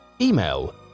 Email